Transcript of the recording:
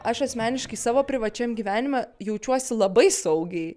aš asmeniškai savo privačiam gyvenime jaučiuosi labai saugiai